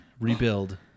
rebuild